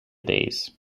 days